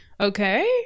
okay